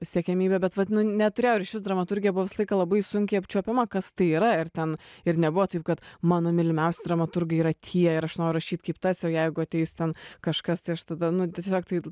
siekiamybė bet vat nu neturėjau išvis dramaturgija buvo visą laiką labai sunkiai apčiuopiama kas tai yra ir ten ir nebuvo taip kad mano mylimiausi dramaturgai yra tie ir aš noriu rašyt kaip tie o jeigu ateis ten kažkas tai aš tada nu tiesiog tai